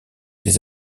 les